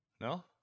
No